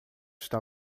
está